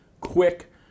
quick